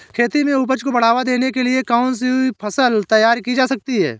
खेती में उपज को बढ़ावा देने के लिए कौन सी फसल तैयार की जा सकती है?